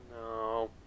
No